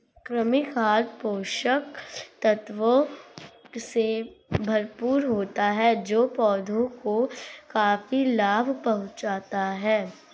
कृमि खाद पोषक तत्वों से भरपूर होता है जो पौधों को काफी लाभ पहुँचाता है